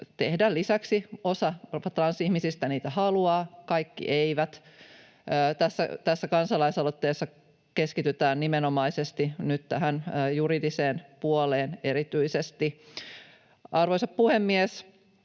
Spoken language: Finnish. tehdä lisäksi. Osa transihmisistä niitä haluaa, kaikki eivät. Tässä kansalaisaloitteessa keskitytään nimenomaisesti nyt tähän juridiseen puoleen erityisesti. Arvoisa puhemies!